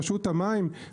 רשות המים?